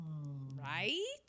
Right